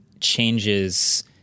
changes